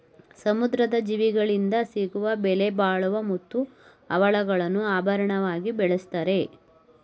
ಸಮುದ್ರದ ಜೀವಿಗಳಿಂದ ಸಿಗುವ ಬೆಲೆಬಾಳುವ ಮುತ್ತು, ಹವಳಗಳನ್ನು ಆಭರಣವಾಗಿ ಬಳ್ಸತ್ತರೆ